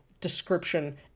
description